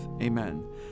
Amen